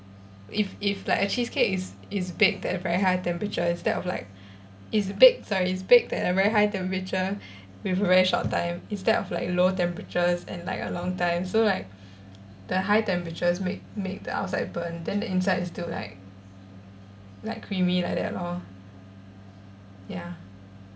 if if like a cheesecake is is baked at a very high temperature instead of like it's baked so it's baked at a very hight temperature with very short time instead of like lower temperatures and like a long time so like the high temperatures make make the outside burnt then the inside is still like like creamy like that lor ya